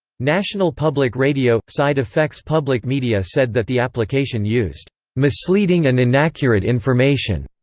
national public radio side effects public media said that the application used misleading and inaccurate information.